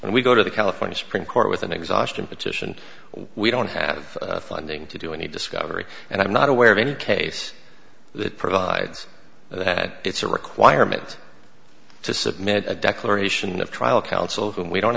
and we go to the california supreme court with an exhaustion petition we don't have funding to do any discovery and i'm not aware of any case that provides that it's a requirement to submit a declaration of trial